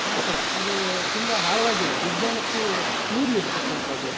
ಆ ಥರ ಅದೂ ತುಂಬ ಆಳವಾಗಿದೆ ವಿಜ್ಞಾನಕ್ಕೂ ಮೀರಿ ಇರ್ತಕ್ಕಂಥದ್ದು